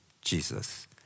Jesus